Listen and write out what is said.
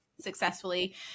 successfully